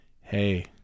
hey